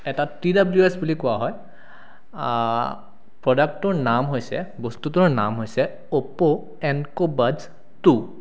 এটা T W S বুলি কোৱা হয় প্ৰডাক্টটোৰ নাম হৈছে বস্তুটোৰ নাম হৈছে অ'প্প' এনক' বাডছটু